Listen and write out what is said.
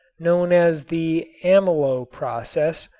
known as the amylo process,